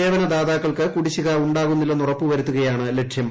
സേവനദാതാക്കൾക്ക്കുടിശ്ശികഉണ്ടാകുന്നില്ലെന്ന്ഉറപ്പുവരുത്തുക യാണ്ലക്ഷ്യം